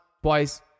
twice